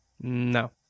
No